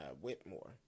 Whitmore